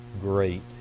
great